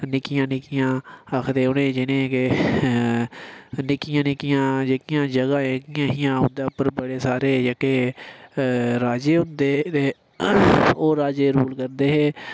निक्कियां निक्कियां आखदे उ'नें ई जि'नें कि निक्कियां निक्कियां जेह्कियां जगहं है हियां उं'दे उप्पर बड़े सारे जेह्के राजे होंदे हे ते ओह् राजे रूल करदे हे